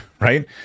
right